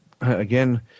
again